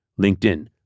LinkedIn